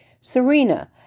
Serena